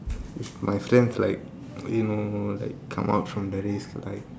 if my friends like you know like come out from the risk like